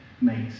makes